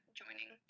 joining